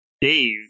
Dave